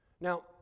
Now